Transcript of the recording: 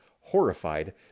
horrified